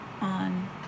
on